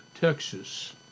Texas